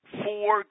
four